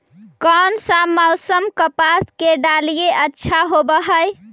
कोन सा मोसम कपास के डालीय अच्छा होबहय?